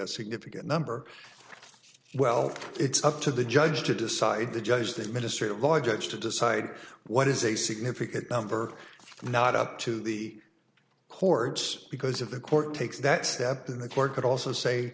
a significant number well it's up to the judge to decide the judge the ministry of law judge to decide what is a significant number not up to the courts because if the court takes that step in the court could also say